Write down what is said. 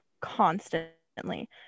constantly